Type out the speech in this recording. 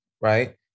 Right